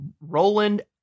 Roland